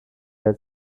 had